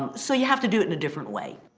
so you have to do it in a different way.